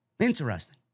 Interesting